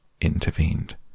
intervened